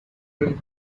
tree